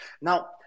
Now